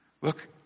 Look